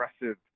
aggressive